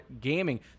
Gaming